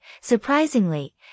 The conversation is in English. surprisingly